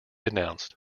announced